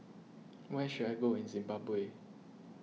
where should I go in Zimbabwe